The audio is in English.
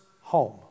home